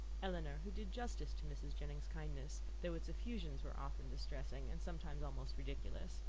elinor, who did justice to mrs. jennings's kindness, though its effusions were often distressing, and sometimes almost ridiculous,